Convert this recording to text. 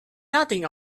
nothing